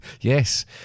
Yes